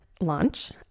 launch